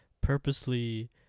purposely